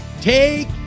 take